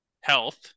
Health